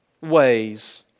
ways